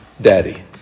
daddy